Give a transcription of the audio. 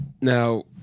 now